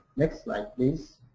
next slide, please.